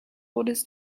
orders